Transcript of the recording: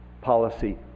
policy